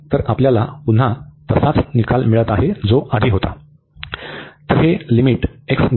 तर आपल्याला पुन्हा तसाच निकाल मिळत आहे जो आधी होता